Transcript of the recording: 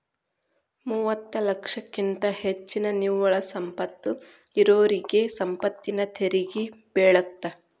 ಮೂವತ್ತ ಲಕ್ಷಕ್ಕಿಂತ ಹೆಚ್ಚಿನ ನಿವ್ವಳ ಸಂಪತ್ತ ಇರೋರಿಗಿ ಸಂಪತ್ತಿನ ತೆರಿಗಿ ಬೇಳತ್ತ